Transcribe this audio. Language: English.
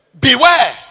beware